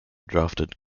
drafted